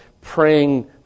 praying